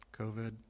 COVID